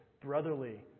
brotherly